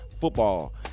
football